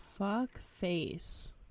Fuckface